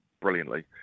brilliantly